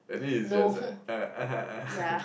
anyway it's just like eh (aha) (aha)